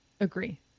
Agree